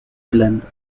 gelände